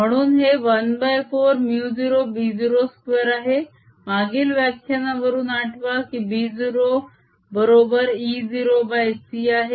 म्हणून हे 14μ0b02आहे मागील व्याख्यानावरून आठवा कीb 0 बरोबर e0 c आहे